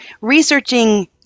researching